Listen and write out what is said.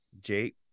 jake